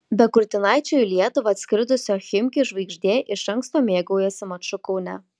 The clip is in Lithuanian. be kurtinaičio į lietuvą atskridusio chimki žvaigždė iš anksto mėgaujasi maču kaune